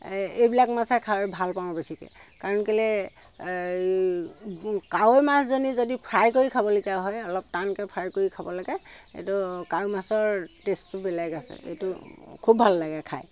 এইবিলাক মাছে খাই ভাল পাওঁ বেছিকৈ কাৰণ কেলে কাৱৈ মাছজনী যদি ফ্ৰাই কৰি খাবলগীয়া হয় অলপ টানকৈ ফ্ৰাই কৰি খাব লাগে এইটো কাৱৈমাছৰ টেষ্টটো বেলেগ আছে এইটো খুব ভাল লাগে খাই